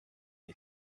the